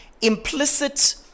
implicit